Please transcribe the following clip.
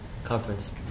Conference